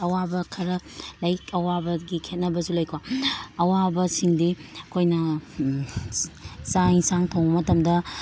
ꯑꯋꯥꯕ ꯈꯔ ꯂꯩ ꯑꯋꯥꯕꯒꯤ ꯈꯦꯠꯅꯕꯁꯨ ꯂꯩꯀꯣ ꯑꯋꯥꯕꯁꯤꯡꯗꯤ ꯑꯩꯈꯣꯏꯅ ꯆꯥꯛ ꯑꯦꯟꯁꯥꯡ ꯊꯣꯡꯕ ꯃꯇꯝꯗ